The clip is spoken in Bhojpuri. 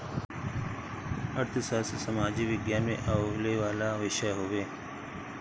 अर्थशास्त्र सामाजिक विज्ञान में आवेवाला विषय हवे